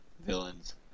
villains